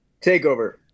Takeover